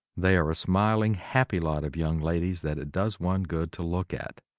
they are a smiling happy lot of young ladies that it does one good to look at.